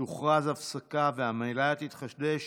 תוכרז הפסקה והמליאה תתחדש